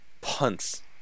punts